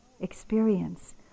experience